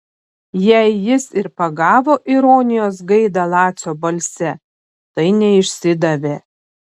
jei jis ir pagavo ironijos gaidą lacio balse tai neišsidavė